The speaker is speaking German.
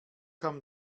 kam